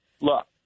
Look